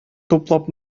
туплап